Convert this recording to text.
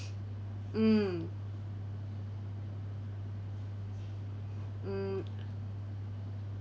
mm mm